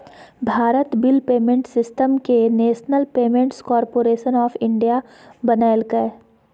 Bharat bill payment system के national payments corporation of India बनैल्कैय